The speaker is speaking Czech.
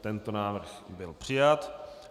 Tento návrh byl přijat.